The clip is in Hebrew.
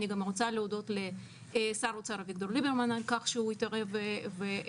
אני גם רוצה להודות לשר האוצר ליברמן על כך שהתערב ועזר